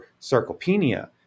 sarcopenia